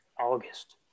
August